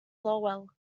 lowell